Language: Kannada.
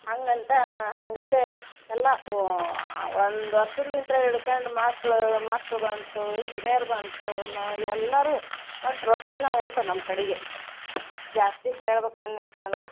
ಹಂಗಂತಾ ಹಂಗತೇ ಎಲ್ಲಾ ಓ ಒಂದು ವರ್ಸಲಿಂತ್ರ ಹಿಡ್ಕೊಂಡು ಮಾಕ್ಳು ಮಕ್ಳು ಬಂತು ಹಿರಿಯರು ಬಂತುನ ಎಲ್ಲಾರು ಒಟ್ಟ್ ರೊಟ್ಟಿನ ಊಟ ನಮ್ಕಡಿಗೆ ಜಾಸ್ತಿ ಹೇಳ್ಬೇಕನೆಪ್ಪಾಂದರ